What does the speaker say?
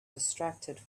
distracted